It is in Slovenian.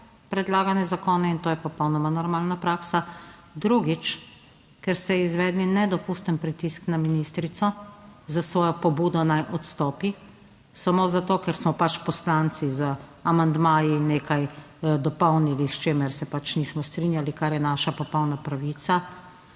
predlagane zakone in to je popolnoma normalna praksa. Drugič, ker ste izvedli nedopusten pritisk na ministrico s svojo pobudo naj odstopi samo zato, ker smo pač poslanci z amandmaji nekaj dopolnili, s čimer se pač nismo strinjali, kar je naša popolna pravica.